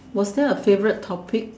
was there a favourite topic